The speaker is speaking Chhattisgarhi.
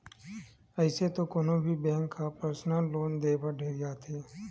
अइसे तो कोनो भी बेंक ह परसनल लोन देय बर ढेरियाथे